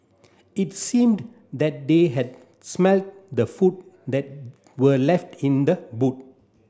it seemed that they had smelt the food that were left in the boot